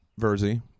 verzi